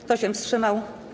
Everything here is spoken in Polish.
Kto się wstrzymał?